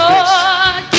Lord